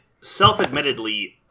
self-admittedly